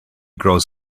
grows